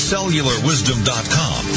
CellularWisdom.com